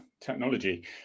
technology